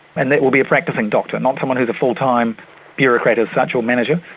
and that will be a practising doctor, not someone who's a full-time bureaucrat as such, or manager,